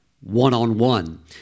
one-on-one